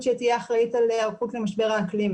שתהיה אחראית על היערכות למשבר האקלים.